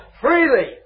freely